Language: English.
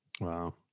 Wow